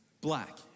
black